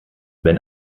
wenn